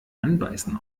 anbeißen